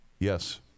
Yes